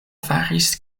faris